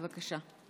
בבקשה.